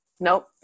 Nope